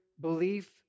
belief